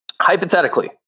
hypothetically